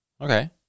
okay